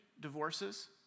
divorces